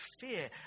fear